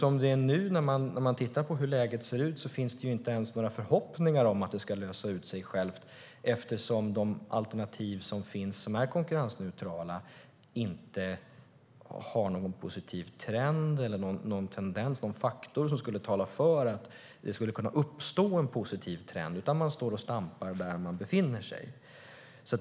Om man tittar på hur läget nu ser ut finns det inte ens några förhoppningar om det ska lösa sig självt. De alternativ som finns som är konkurrensneutrala har inte någon positiv trend, någon tendens eller någon faktor som skulle tala för att det skulle kunna uppstå en positiv trend, utan man står och stampar där man befinner sig.